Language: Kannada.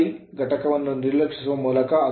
Ri ಘಟಕವನ್ನು ನಿರ್ಲಕ್ಷಿಸುವ ಮೂಲಕ